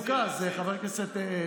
אני רוצה שאתה תהיה מרוכז, חבר הכנסת ביטן.